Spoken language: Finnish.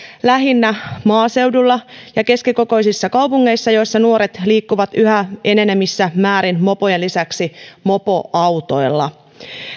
lähinnä maaseudulla ja keskikokoisissa kaupungeissa joissa nuoret liikkuvat yhä enenevissä määrin mopojen lisäksi mopoautoilla